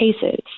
cases